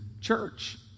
church